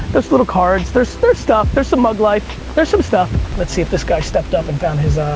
there's little cards, there's there's stuff, there's some mug life, there's some stuff. let's see if this guy stepped up and found his.